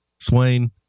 Swain